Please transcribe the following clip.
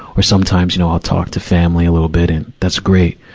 or sometimes, you know, i'll talk to family a little bit and, that's great.